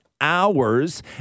hours